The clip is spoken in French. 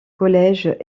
collège